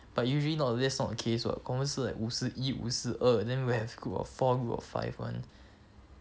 but usually nowadays not a case [what] confirm 是 like 五十一五十二 then will have group of four group of five [one]